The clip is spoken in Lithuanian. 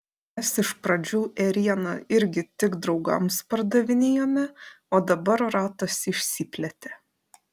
mes iš pradžių ėrieną irgi tik draugams pardavinėjome o dabar ratas išsiplėtė